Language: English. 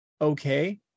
okay